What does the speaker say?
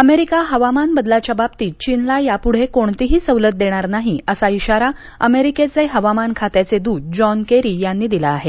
America हवामान बदलाच्या बाबतीत चीनला यापुढे कोणतीही सवलत देणार नाही असा इशारा अमेरिकेचे हवामान खात्याचे दूत जॉन केरी यांनी दिला आहे